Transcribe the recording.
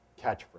catchphrase